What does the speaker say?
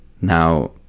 Now